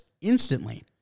instantly